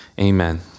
amen